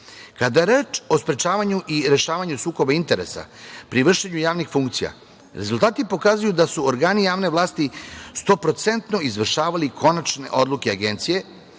je reč o sprečavanju i rešavanju sukoba interesa pri vršenju javnih funkcija, rezultati pokazuju da su organi javne vlasti stoprocentno izvršavali konačne odluke Agencije